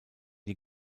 die